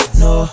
no